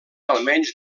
almenys